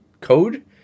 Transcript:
code